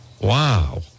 wow